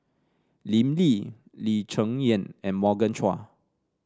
Lim Lee Lee Cheng Yan and Morgan Chua